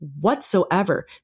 whatsoever